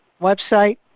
website